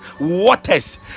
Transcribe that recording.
waters